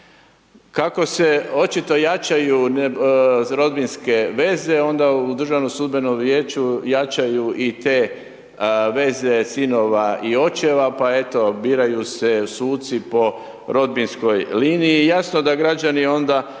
Kako se očito jačaju rodbinske veze onda u Državnom sudbenom vijeću jačaju i te veze sinova i očeva, pa eto, biraju se suci po rodbinskoj liniji. Jasno da građani onda